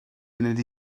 munud